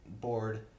board